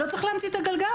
לא צריך להמציא את הגלגל.